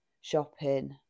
shopping